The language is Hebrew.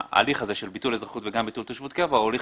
של ביטול אזרחות וביטול תושבות קבע הוא הליך